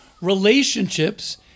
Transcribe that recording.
relationships